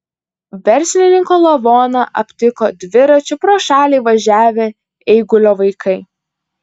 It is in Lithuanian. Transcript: verslininko lavoną aptiko dviračiu pro šalį važiavę eigulio vaikai